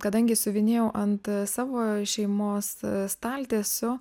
kadangi siuvinėjau ant savo šeimos staltiesių